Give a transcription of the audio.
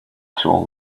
tool